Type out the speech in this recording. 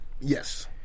yes